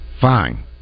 Fine